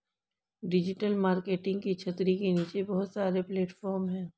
digital marketing की छतरी के नीचे बहुत सारे प्लेटफॉर्म हैं